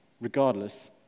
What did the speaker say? regardless